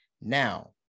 Now